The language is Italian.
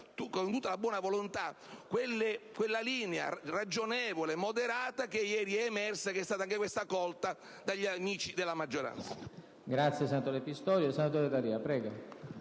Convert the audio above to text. con tutta la buona volontà, quella linea ragionevole e moderata che ieri è emersa e che è stata anch'essa accolta dagli amici della maggioranza.